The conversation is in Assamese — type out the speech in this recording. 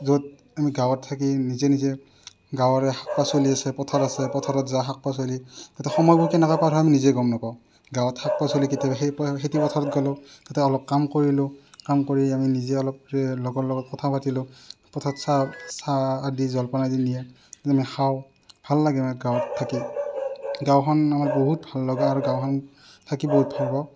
য'ত আমি গাঁৱত থাকি নিজে নিজে গাঁৱৰে শাক পাচলি আছে পথাৰ আছে পথাৰত যাই শাক পাচলি তাতে সময়বোৰ কেনেকৈ পাৰ হয় আমি নিজে গম নাপাওঁ গাঁৱত শাক পাচলি কেতিয়াবা সেই খেতি পথাৰত গ'লোঁ তাতে অলপ কাম কৰিলোঁ কাম কৰি আমি নিজে অলপ লগৰ লগত কথা পাতিলোঁ পথত চাহ চাহ আদি জলপান আদি নিয়ে আমি খাওঁ ভাল লাগে আমাৰ গাঁৱত থাকি গাঁওখন আমাৰ বহুত ভাল লগা আৰু গাঁওখন থাকি বহুত ভাল পাওঁ